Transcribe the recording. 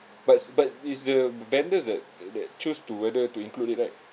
but but it's the vendors that that choose to whether to include it right